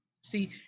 see